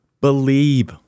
believe